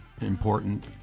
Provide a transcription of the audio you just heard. important